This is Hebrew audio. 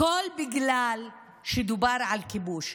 הכול בגלל שדובר על כיבוש.